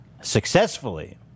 Successfully